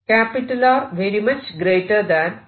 R h ആണെന്നിരിക്കട്ടെ